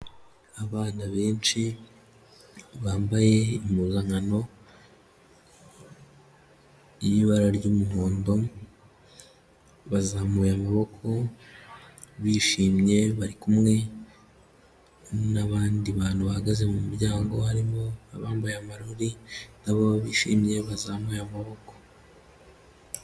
Abana benshi bambaye impuzankano y'ibara ry'umuhondo, bazamuye amaboko bishimye bari kumwe n'abandi bantu bahagaze mu muryango, harimo abambaye amarobi n'abo bishimye bazamuye amaboko.